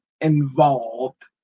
involved